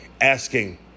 asking